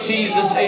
Jesus